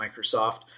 Microsoft